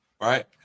Right